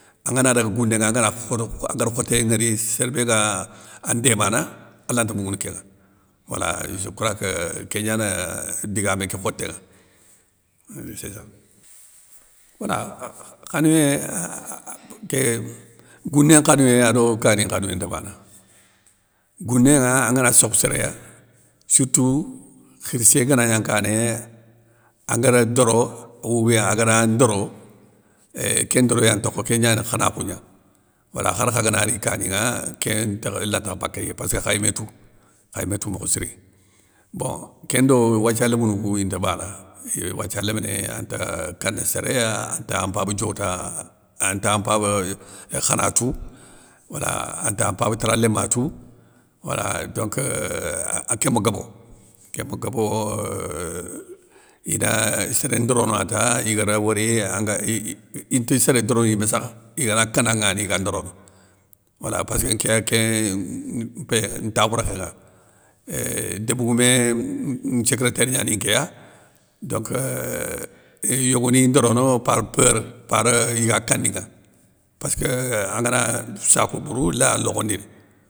Angana dana gounénŋa angana khodo agari khotoyé nŋwori sér bé ga an démana alanti moungounou kénŋa, wala je crois que kégnani digamé ké khoté nŋa euh séssa. Wala khanouyé ké gouné nkhanouyé ado kani nkhanouyé nta bana, gounénŋa angana sokhe séréya, sirtou khirssé gana gna nkané, angar doro oubien agaran ndoro, éuuh kén ndoroyé ya ntokho kén gnani khanakhou gna, wala khar kha gana ri kaninŋa, kén ntakhe lantakhe bakéyi passkeu khay mé tou, khay mé tou mokho siri. Bon kéndo wathia lémounou inta bana, euuh wathia léminé, anta kana séréya, anta mpaba diota anta mpaba euuh khana tou, wala anta mpaba taraléma tou, wala donc a kén ma gobo, kén ma gobo. euuh ida sérén ndorona ta igada wori anga inte séré dorono yimé sakhe, igana kananŋa ni igan ndorono. wala passkeu kén mpéyé ntakhourékhén ŋa euuh débgoumé nthiékrétére gnani nké ya, donc eeeeeuh yogoni yi ndoro par peur par iga kaninŋa, passkeu angana sako bourou laya lokhondini.